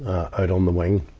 ah, out on the wing.